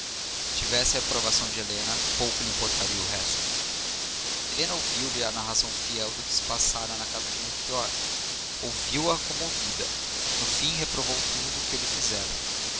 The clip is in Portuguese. tivesse a aprovação de helena pouco lhe importaria o resto helena ouviu-lhe a narração fiel do que se passara em casa de melchior ouviu-a comovida no fim reprovou tudo o que ele fizera